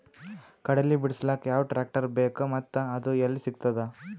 ಕಡಲಿ ಬಿಡಿಸಲಕ ಯಾವ ಟ್ರಾಕ್ಟರ್ ಬೇಕ ಮತ್ತ ಅದು ಯಲ್ಲಿ ಸಿಗತದ?